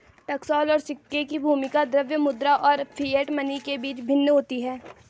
टकसाल और सिक्के की भूमिका द्रव्य मुद्रा और फिएट मनी के बीच भिन्न होती है